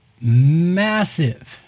massive